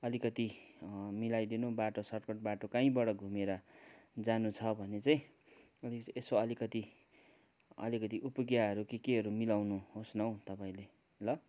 अलिकति मिलाइदिनु बाटो सर्टकट बाटो काहीँबाट घुमेर जानु छ भने चाहिँ अलिकति यसो अलिकति अलिकति उपायहरू केकेहरू मिलाउनुहोस् न हौ तपाईँले ल